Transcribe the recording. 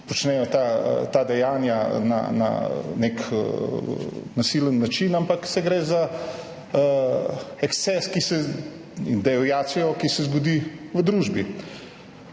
počnejo ta dejanja na nek nasilen način, ampak gre za eksces in deviacijo, ki se zgodi v družbi.